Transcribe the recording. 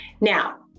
Now